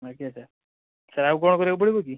ଆଜ୍ଞା sir sir ଆଉ କ'ଣ କରିବାକୁ ପଡ଼ିବ କି